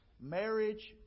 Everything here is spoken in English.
Marriage